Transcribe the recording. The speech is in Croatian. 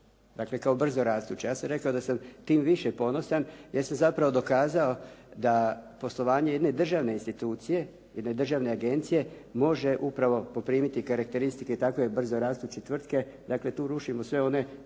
Dakle, kao brzorastuća. Ja sam rekao da sam tim više ponosan jer sam zapravo dokazao da poslovanje jedne državne institucije, jedne državne agencije može upravo poprimiti karakteristike takve brzorastuće tvrtke. Dakle, tu rušimo sve one